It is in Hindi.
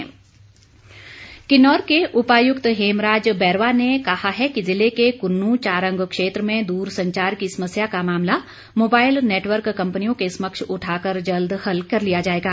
दौरा किन्नौर के उपायुक्त हेमराज बैरवा ने कहा है कि ज़िले के कुन्नू चारंग क्षेत्र में दूर संचार की समस्या का मामला मोबाइल नेटवर्क कंपनियों के समक्ष उठाकर जल्द हल कर लिया जाएगा